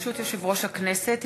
ברשות יושב-ראש הכנסת,